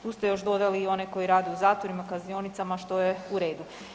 Tu ste još dodali i one koji rade u zatvorima, kaznionicama, što je u redu.